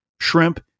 shrimp